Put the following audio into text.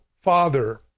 father